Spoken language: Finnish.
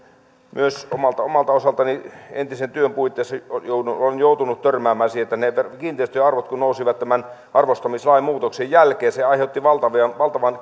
myös omalta omalta osaltani entisen työn puitteissa olen joutunut törmäämään siihen että kun näitten kiinteistöjen arvot nousivat tämän arvostamislain muutoksen jälkeen se aiheutti valtavan valtavan